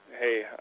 hey